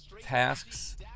tasks